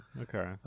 Okay